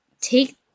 take